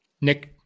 Nick